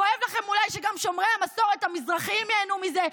כואב לכם אולי שגם שומרי המסורת המזרחים ייהנו מזה?